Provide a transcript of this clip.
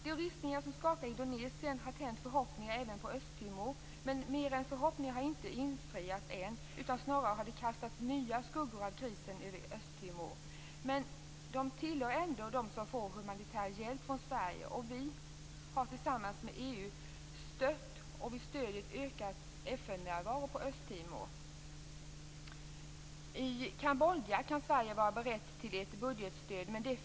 De ristningar som skakar Indonesien har tänt förhoppningar även på Östtimor, men mer än förhoppningar har inte infriats än utan snarare har nya skuggor kastats över krisen på Östtimor. Men de får humanitär hjälp från Sverige, och vi har tillsammans med EU stött en ökad FN-närvaro på Östtimor. Sverige kan vara berett att ge budgetstöd till Kambodja.